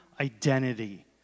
identity